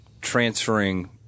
transferring